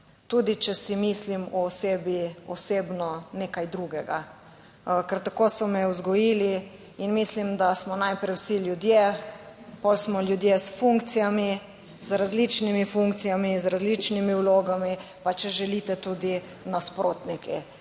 tudi če si mislim o osebi osebno nekaj drugega, ker tako so me vzgojili in mislim, da smo najprej vsi ljudje, potem smo ljudje s funkcijami, z različnimi funkcijami, z različnimi vlogami, pa če želite tudi nasprotniki.